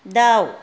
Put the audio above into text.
दाउ